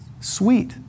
sweet